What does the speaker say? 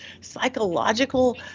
psychological